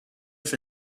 for